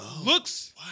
looks